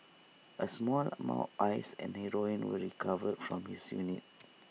A small amount of ice and heroin were recovered from his souvenir